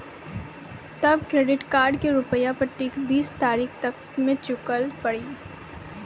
तब credit card के रूपिया प्रतीक बीस तारीख तक मे चुकल पड़ी?